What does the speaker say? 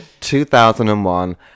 2001